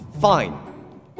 Fine